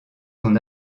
son